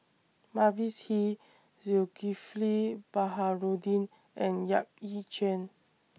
Mavis Hee Zulkifli Baharudin and Yap Ee Chian